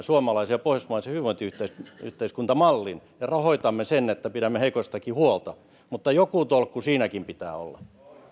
suomalaisen ja pohjoismaisen hyvinvointiyhteiskuntamallin ja rahoitamme sen että pidämme heikoistakin huolta mutta joku tolkku siinäkin pitää olla